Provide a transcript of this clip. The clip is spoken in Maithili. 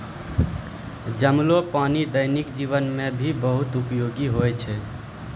जमलो पानी दैनिक जीवन मे भी बहुत उपयोगि होय छै